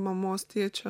mamos tėčio